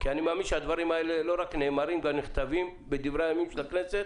אני מאמין שהדברים האלה לא רק נאמרים ונכתבים בדברי הימים של הכנסת,